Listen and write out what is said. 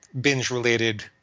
binge-related